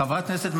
חברת כנסת.